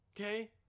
Okay